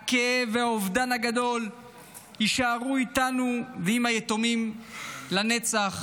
הכאב והאובדן הגדול יישארו איתנו ועם היתומים לנצח,